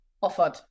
offered